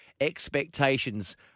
expectations